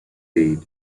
aide